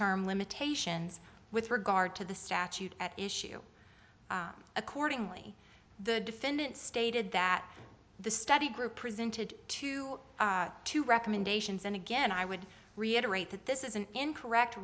term limitations with regard to the statute at issue accordingly the defendant stated that the study group presented to two recommendations and again i would reiterate that this is an incorrect